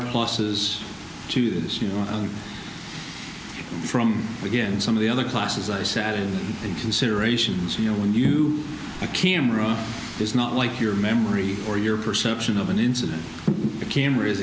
pluses to this you know from again some of the other classes i sat in and considerations you know when you a camera does not like your memory or your perception of an incident the camera